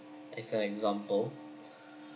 as an example